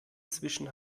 zwischen